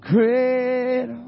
Great